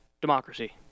democracy